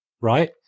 right